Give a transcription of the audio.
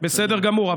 כן, בסדר גמור.